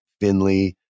Finley